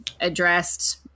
addressed